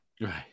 Right